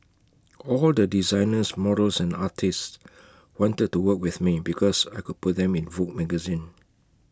all the designers models and artists wanted to work with me because I could put them in Vogue magazine